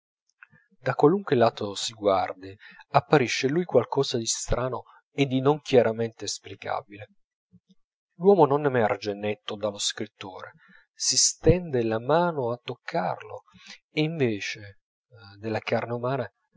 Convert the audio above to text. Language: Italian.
da qualunque lato si guardi apparisce in lui qualcosa di strano e di non chiaramente esplicabile l'uomo non emerge netto dallo scrittore si stende la mano a toccarlo e invece della carne umana